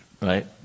Right